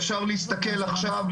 אפשר להסתכל עכשיו,